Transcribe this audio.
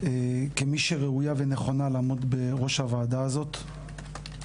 כמי שראויה ונכונה לעמוד בראש הוועדה הזאת.